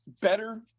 better